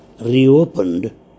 reopened